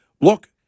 Look